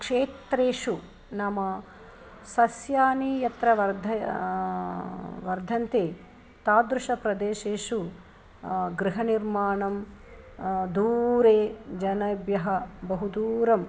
क्षेत्रेषु नाम सस्यानि यत्र वर्धय् वर्धन्ते तादृश प्रदेशेषु गृहनिर्माणं दूरे जनेभ्यः बहु दूरं